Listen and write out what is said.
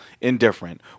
indifferent